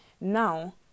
now